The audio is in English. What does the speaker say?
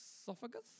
esophagus